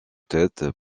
têtes